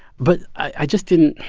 but i just didn't